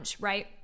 right